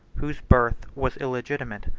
whose birth was illegitimate,